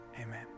Amen